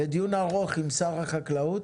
לדיון ארוך עם שר החקלאות.